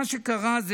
מה שקרה זה